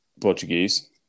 Portuguese